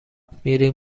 میریم